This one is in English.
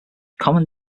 common